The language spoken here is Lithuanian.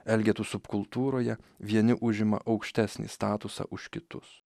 elgetų subkultūroje vieni užima aukštesnį statusą už kitus